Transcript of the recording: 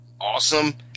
awesome